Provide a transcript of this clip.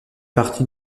partie